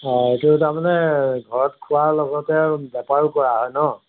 অঁ এইটো তাৰমানে ঘৰত খোৱাৰ লগতে আৰু বেপাৰো কৰা হয় ন